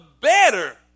better